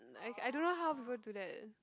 I don't know how people do that